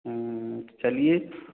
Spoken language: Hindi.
चलिए